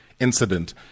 incident